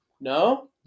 no